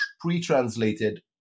pre-translated